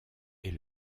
est